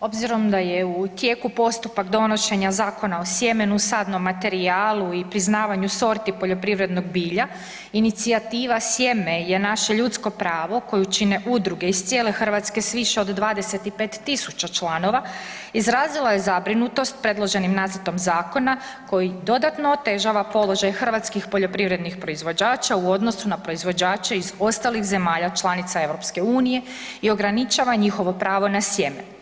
obzirom da je u tijeku postupak donošenja Zakona o sjemenu, sadnom materijalu i priznavanju sorti poljoprivrednog bilja, inicijativa „Sjeme“ je naše ljudsko pravo koju čine udruge iz cijele Hrvatske s više od 25.000 članova izrazila je zabrinutost predloženim nacrtom zakona koji dodatno otežava položaj hrvatskih poljoprivrednih proizvođača u odnosu na proizvođače iz ostalih zemalja članica EU i ograničava njihovo pravo na sjeme.